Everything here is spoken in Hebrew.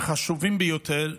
מהחשובים ביותר,